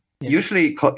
usually